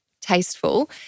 tasteful